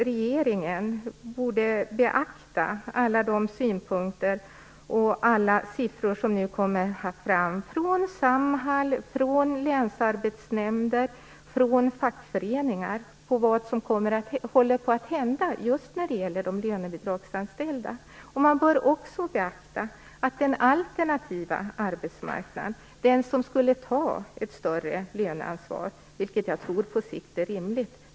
Regeringen borde beakta alla de synpunkter och siffror som nu kommer från Samhall, länsarbetsnämnder och fackföreningar och som visar vad som håller på att hända just när det gäller de lönebidragsanställda. Man bör också beakta att den alternativa arbetsmarknaden är den som skulle ta ett större löneansvar vilket jag tror är rimligt på sikt.